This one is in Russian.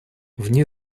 вне